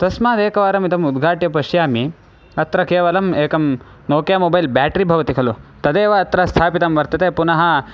तस्माद् एकवारमिदम् उद्घाट्य पश्यामि अत्र केवलम् एकं नोकिया मोबैल् बेटरी भवति खलु तदेव अत्र स्थापितं वर्तते पुनः